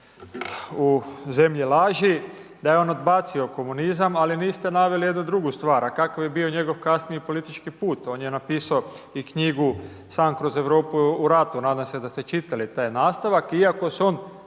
„U zemlji laži“, da je on odbacio komunizam, ali niste naveli jednu drugu stvar a kakav je bio njegov kasniji politički put, on je napisao i knjigu „Sam kroz Europu u ratu“, nadam se da ste čitali taj nastavak iako se on